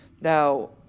Now